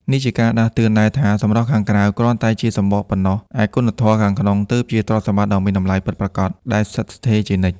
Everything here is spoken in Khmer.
នេះក៏ជាការដាស់តឿនដែរថា សម្រស់ខាងក្រៅគ្រាន់តែជាសំបកប៉ុណ្ណោះ ឯគុណធម៌ខាងក្នុងទើបជាទ្រព្យដ៏មានតម្លៃពិតប្រាកដ ដែលស្ថិតស្ថេរជានិច្ច។